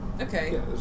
Okay